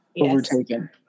overtaken